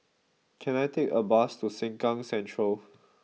can I take a bus to Sengkang Central